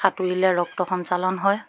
সাঁতুৰিলে ৰক্ত সঞ্চালন হয়